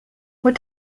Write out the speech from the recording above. what